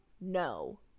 No